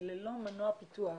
וללא מנוע פיתוח.